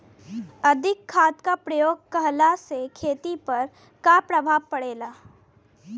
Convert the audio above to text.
अधिक खाद क प्रयोग कहला से खेती पर का प्रभाव पड़ेला?